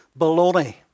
Baloney